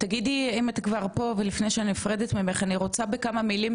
אני רוצה בכמה מילים בעצם להבין מה קרה לנו בתקופת הקורונה.